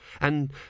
And